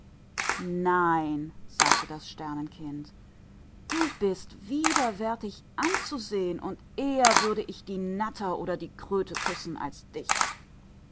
nein sagte das sternenkind du bist zu garstig anzuschauen und eher will ich die natur küssen oder die kröte als dich